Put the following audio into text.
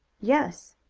yes.